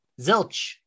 zilch